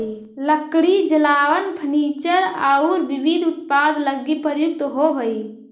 लकड़ी जलावन, फर्नीचर औउर विविध उत्पाद लगी प्रयुक्त होवऽ हई